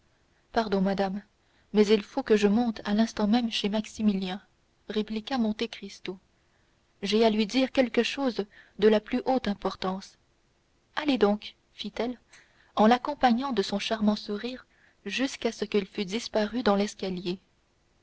pardon madame mais il faut que je monte à l'instant même chez maximilien répliqua monte cristo j'ai à lui dire quelque chose de la plus haute importance allez donc fit-elle en l'accompagnant de son charmant sourire jusqu'à ce qu'il eût disparu dans l'escalier